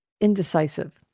indecisive